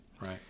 Right